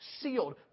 sealed